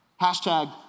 hashtag